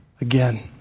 again